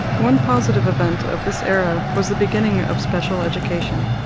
one positive event of this era was the beginning of special education.